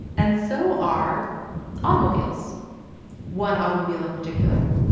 and so are automobiles one automobile in particular